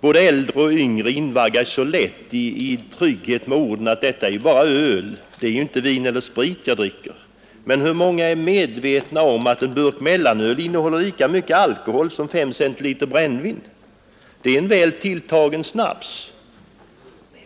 Både äldre och yngre invaggas mycket lätt i trygghet med orden ”detta är bara öl, varken vin eller sprit jag dricker”. Men hur många är medvetna om att en burk mellanöl innehåller lika mycket alkohol som 5 centiliter brännvin? Det är en väl tilltagen snaps.